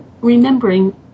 Remembering